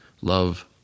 Love